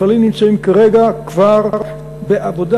המפעלים נמצאים כרגע כבר בעבודה.